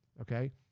Okay